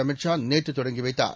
அமித்ஷாநேற்தொடங்கிவைத்தார்